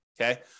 okay